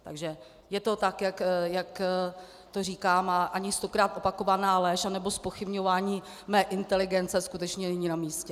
Takže je to tak, jak to říkám, a ani stokrát opakovaná lež nebo zpochybňování mé inteligence skutečně není namístě.